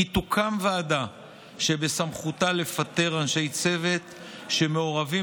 כי תוקם ועדה שבסמכותה לפטר אנשי צוות שמעורבים